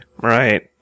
Right